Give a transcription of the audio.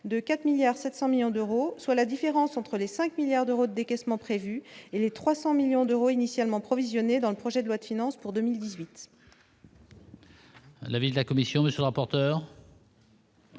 700 millions d'euros, soit la différence entre les 5 milliards d'euros décaissements prévus et les 300 millions d'euros initialement provisionné dans le projet de loi de finances pour 2018.